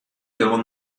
egon